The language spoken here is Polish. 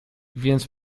więc